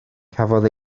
cafodd